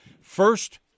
first